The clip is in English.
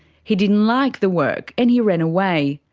he didn't like the work and he ran away.